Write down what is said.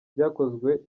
byakozwe